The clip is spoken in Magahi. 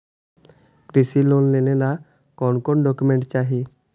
कृषि लोन लेने ला कोन कोन डोकोमेंट चाही?